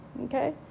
okay